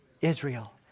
Israel